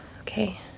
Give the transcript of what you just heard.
Okay